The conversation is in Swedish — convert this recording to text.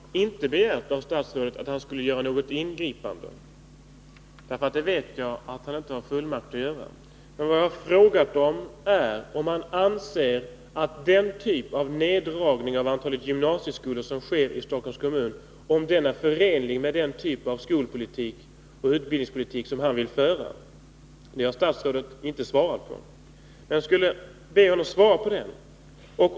Fru talman! Jag har inte begärt att statsrådet skall göra något ingripande, därför att jag vet att han inte har fullmakt att göra det. Men vad jag har frågat är om han anser att den neddragning av antalet gymnasieskolor som sker i Stockholms kommun är förenlig med den skoloch utbildningspolitik som han vill föra. Den frågan har statsrådet inte svarat på, och jag ber honom att göra det.